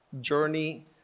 journey